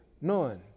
None